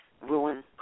ruin